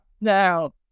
now